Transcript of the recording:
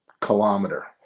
kilometer